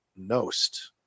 Nost